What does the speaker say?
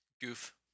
Goof